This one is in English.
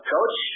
Coach